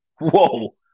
Whoa